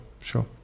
sure